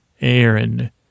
Aaron